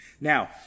Now